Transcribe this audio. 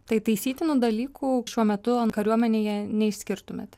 tai taisytinų dalykų šiuo metu ant kariuomenėje neišskirtumėt